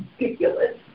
ridiculous